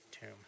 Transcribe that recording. tomb